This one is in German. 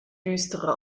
düstere